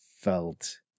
felt